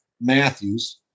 matthews